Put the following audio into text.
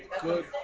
good